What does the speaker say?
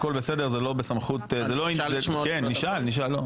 זה לא בסמכות --- פנינה שמעה את התשובה.